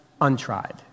untried